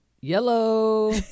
Yellow